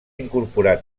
incorporar